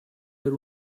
per